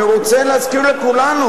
אני רוצה להזכיר לכולנו,